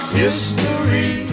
history